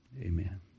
amen